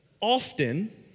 often